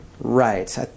Right